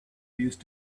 used